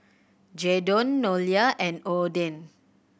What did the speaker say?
Jaydon Nolia and Odin